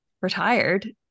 retired